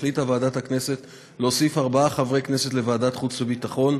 החליטה ועדת הכנסת להוסיף ארבעה חברי כנסת לוועדת החוץ והביטחון,